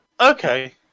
Okay